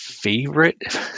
favorite